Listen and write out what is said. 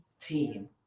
team